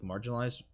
marginalized